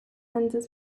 endes